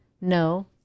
no